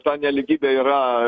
ta nelygybė yra